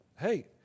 Hey